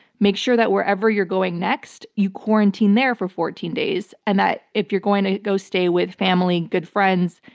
make sure that wherever you're going next, you quarantine there for fourteen days. and that if you're going to go stay with family, good friends,